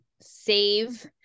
save